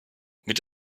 mit